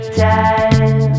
time